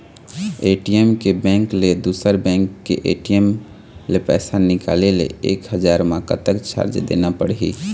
ATM के bank ले दुसर बैंक के ए.टी.एम ले पैसा निकाले ले एक हजार मा कतक चार्ज देना पड़ही?